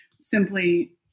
simply